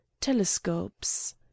telescopes